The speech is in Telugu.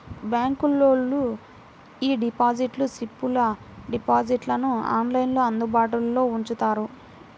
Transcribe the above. బ్యాంకులోళ్ళు యీ డిపాజిట్ స్లిప్పుల డిజైన్లను ఆన్లైన్లో అందుబాటులో ఉంచుతారు